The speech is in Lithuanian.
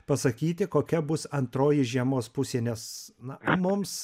pasakyti kokia bus antroji žiemos pusė nes na mums